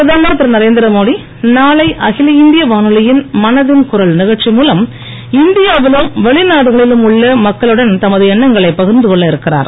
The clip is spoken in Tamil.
பிரதமர் திருநரேந்திர மோடி நாளை அகில இந்திய வானொலியின் மனதின் குரல் நிகழ்ச்சி மூலம் இந்தியா விலும் வெளிநாடுகளிலும் உள்ள மக்களுடன் தமது எண்ணங்களை பகிர்ந்து கொள்ள இருக்கிறார்